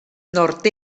nord